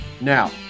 Now